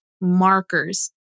markers